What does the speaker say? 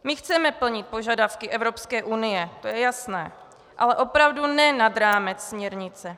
My chceme plnit požadavky Evropské unie, to je jasné, ale opravdu ne nad rámec směrnice.